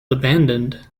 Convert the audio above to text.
abandoned